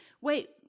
wait